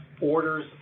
orders